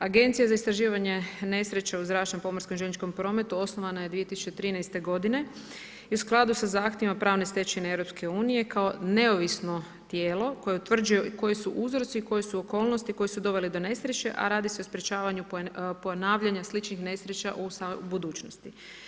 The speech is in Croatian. Agencija za istraživanje nesreće u zračnom, pomorskom i željezničkom prometu osnovana je 2013. g. i u skladu sa zahtjevima pravne stečevine EU kao neovisno tijelo, koje utvrđuje, koji su uzroci, koji su okolnosti, koje su doveli do nesreći, a radi se o sprječavanju ponavljanja sličnih nesreća u budućnosti.